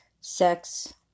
Sex